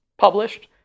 published